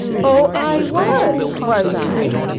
oh, i was, was i?